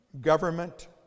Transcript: government